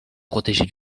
protéger